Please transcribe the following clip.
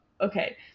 okay